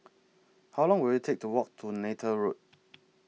How Long Will IT Take to Walk to Neythal Road